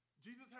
Jesus